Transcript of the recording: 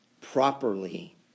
properly